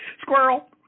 squirrel